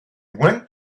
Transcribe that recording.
went